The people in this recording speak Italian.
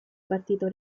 partito